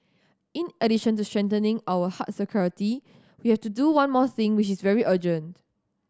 in addition to strengthening our hard security we have to do one more thing which is very urgent